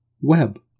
web